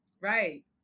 Right